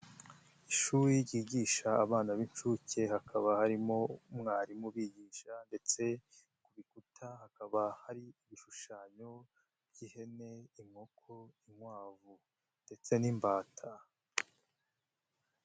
Ishuri ryigisha abana b'inshuke hakaba harimo umwarimu ubigisha, ndetse ku bikuta hakaba hari ibishushanyo by'ihene, inkoko, inkwavu ndetse n'imbata.